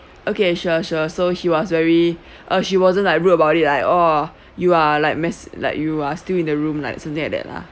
okay sure sure so he was very uh she wasn't like rude about it like oh you are like miss like you are still in the room like something like that lah